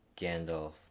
Gandalf